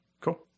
cool